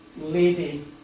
lady